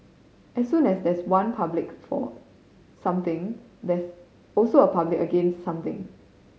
as soon as there's one public for something there's also a public against something